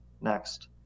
next